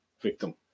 victim